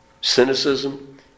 cynicism